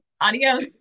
Adios